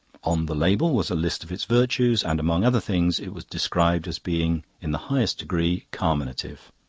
on the label was a list of its virtues, and among other things it was described as being in the highest degree carminative.